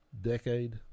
Decade